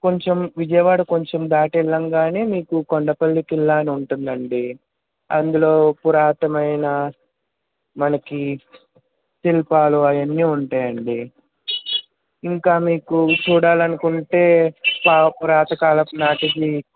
కొంచెం విజయవాడ కొంచెం దాటి వెళ్ళగానే మీకు కొండపల్లి ఖిల్లా అని ఉంటుందండి అందులో పురాతనమైన మనకి శిల్పాలు అవన్నీ ఉంటాయండి ఇంకా మీకు చూడాలి అనుకుంటే చాలా పురాతన కాలం నాటిది